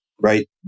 right